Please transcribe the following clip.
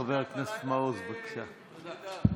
חבר הכנסת מעוז, בבקשה.